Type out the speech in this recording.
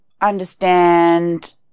understand